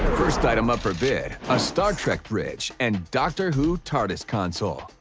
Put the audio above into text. first item up for bid a star trek bridge and doctor who tardis console.